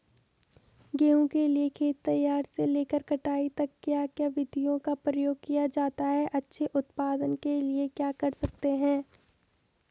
गेहूँ के लिए खेत तैयार से लेकर कटाई तक क्या क्या विधियों का प्रयोग किया जाता है अच्छे उत्पादन के लिए क्या कर सकते हैं?